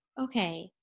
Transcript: Okay